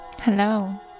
Hello